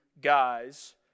guys